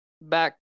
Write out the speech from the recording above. back